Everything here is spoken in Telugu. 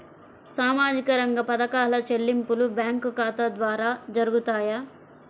సామాజిక రంగ పథకాల చెల్లింపులు బ్యాంకు ఖాతా ద్వార జరుగుతాయా?